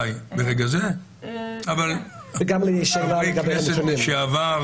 חברי כנסת לשעבר